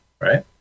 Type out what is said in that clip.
right